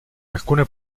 alcune